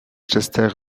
chester